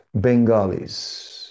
Bengalis